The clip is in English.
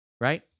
Right